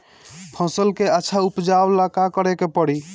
फसल के अच्छा उपजाव ला का करे के परी?